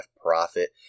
profit